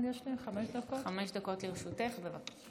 חמש דקות לרשותך, בבקשה.